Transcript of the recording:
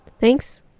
Thanks